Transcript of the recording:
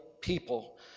people